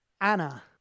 Anna